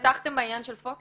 -- פתחתם בעניין של פוקס?